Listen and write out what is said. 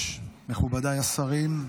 מכובדי השרים,